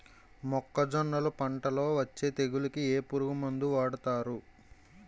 మొక్కజొన్నలు పంట లొ వచ్చే తెగులకి ఏ పురుగు మందు వాడతారు?